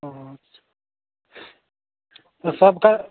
अच्छा तो सब का